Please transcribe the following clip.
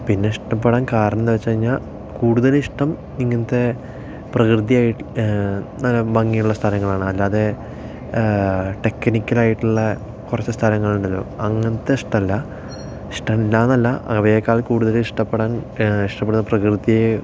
പിന്നെ ഇഷ്ടപ്പെടാന് കാരണം എന്ന് വെച്ച് കഴിഞ്ഞാൽ കൂടുതല് ഇഷ്ടം ഇങ്ങനത്തെ പ്രകൃതിയായിട്ട് നല്ല ഭംഗിയുള്ള സ്ഥലങ്ങളാണ് അല്ലാതെ ടെക്നിക്കല് ആയിട്ടുള്ള കുറച്ചു സ്ഥലങ്ങള് ഉണ്ടല്ലോ അങ്ങനത്തെ ഇഷ്ടമല്ല ഇഷ്ടം അല്ലയെന്നല്ല അവയെക്കാള് കൂടുതല് ഇഷ്ടപ്പെടാന് ഇഷ്ടപ്പെടുന്നത് പ്രകൃതിയെ